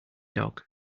dog